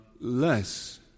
less